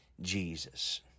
Jesus